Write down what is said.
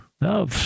No